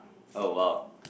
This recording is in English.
oh !wow!